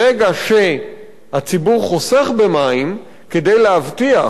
ברגע שהציבור חוסך במים, כדי להבטיח